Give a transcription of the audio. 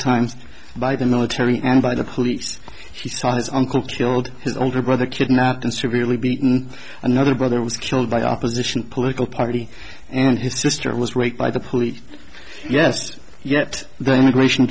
times by the military and by the police he saw his uncle killed his older brother kidnapped and severely beaten another brother was killed by opposition political party and his sister was raped by the police yes yet the immigration